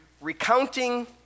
recounting